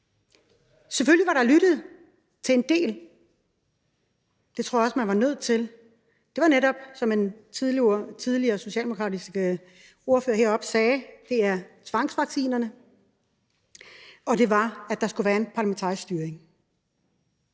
Selvfølgelig var der lyttet til en del; det tror jeg også man var nødt til. Det var netop, som den socialdemokratiske ordfører tidligere sagde heroppe fra, med hensyn til tvangsvaccinerne, og det var, at der skulle være en parlamentarisk styring.